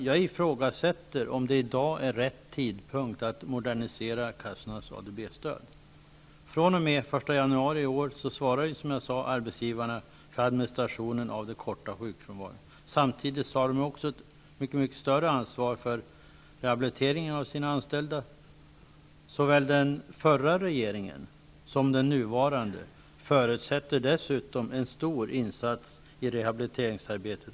Jag ifrågasätter om det i dag är rätt tidpunkt att modernisera kassornas ADB-stöd. fr.o.m. den 1 januari i år svarar, som jag sade, arbetsgivarna för administrationen av korttidssjukskrivningen. Samtidigt har de också ett mycket större ansvar för rehabiliteringen av sina anställda. Såväl den förra regeringen som den nuvarande förutsätter dessutom en stor insats av företagshälsovården i rehabiliteringsarbetet.